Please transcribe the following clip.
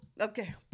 Okay